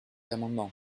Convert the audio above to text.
amendement